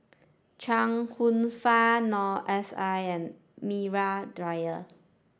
Chuang Hsueh Fang Noor S I and Maria Dyer